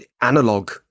analog